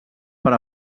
per